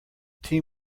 team